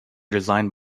designed